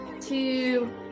two